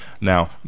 Now